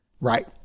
Right